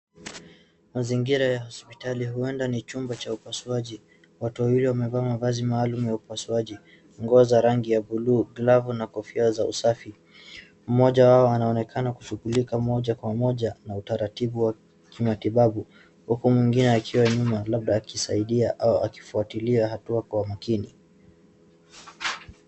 Mazingira ya hospitali, huenda ni chumba cha upasuaji. Watu wawili wamevaa mavazi maalum ya upasuaji, nguo za rangi ya buluu, glavu na kofia za usafi. Mmoja wao anaonekana kushughulika moja kwa moja na utaratibu wa kimatibabu. Huku mwingine akiwa nyuma labda akisaidia au akifuatilia hatua kwa makini.